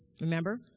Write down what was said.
remember